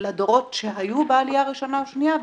לדורות שהיו בעלייה הראשונה והשנייה,